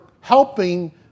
helping